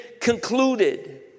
concluded